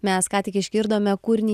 mes ką tik išgirdome kūrinį